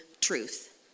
truth